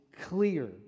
clear